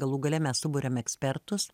na galų gale mes suburiam ekspertus